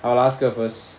I'll ask her first